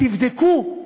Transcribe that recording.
תבדקו.